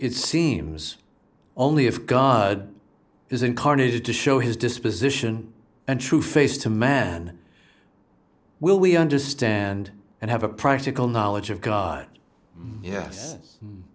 it seems only if god is incarnated to show his disposition and true face to man will we understand and have a practical knowledge of god yes